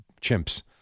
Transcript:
Chimps